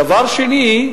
דבר שני,